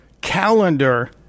calendar